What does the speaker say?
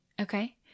Okay